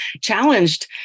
challenged